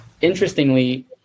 interestingly